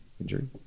injury